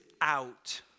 out